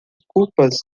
okupas